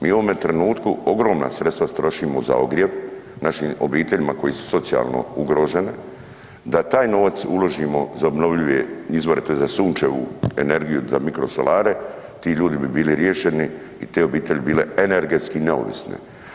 Mi u ovome trenutku ogromna sredstva trošimo za ogrjev našim obiteljima koji su socijalno ugrožene, da taj novac uložimo za obnovljive izvore, tj. za sunčevu energije, da mikrosolare, ti ljudi bi bili riješeni i te obitelji bi bile energetski neovisne.